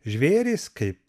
žvėrys kaip